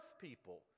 people